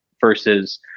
versus